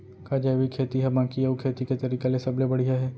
का जैविक खेती हा बाकी अऊ खेती के तरीका ले सबले बढ़िया हे?